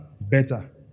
better